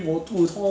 yes